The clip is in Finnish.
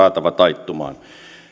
saatava taittumaan